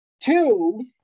Two